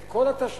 את כל התשתיות,